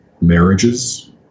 marriages